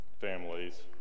families